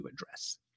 address